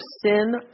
sin